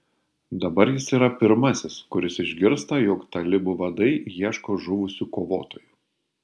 dabar jis yra pirmasis kuris išgirsta jog talibų vadai ieško žuvusių kovotojų